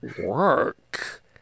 work